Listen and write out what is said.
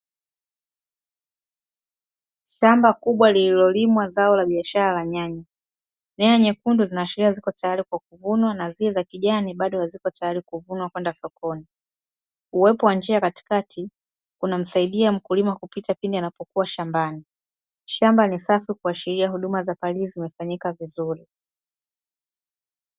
Shamba kubwa lililolimwa zao la biashara la nyanya. Nyanya nyekundu zinaashiria ziko tayari kwa kuvunwa na zile za kijani bado haziko tayari kuvunwa kwenda sokoni. Uwepo wa njia katikati kunamsaidia mkulima kupita pindi anapokuwa shambani. Shamba ni safi kuashiria huduma za palizi zimefanyika vizuri.